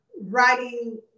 writing